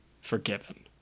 forgiven